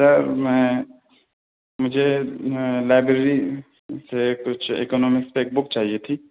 سر میں مجھے لائبریری سے کچھ اکنامکس پہ ایک بکس چاہیے تھی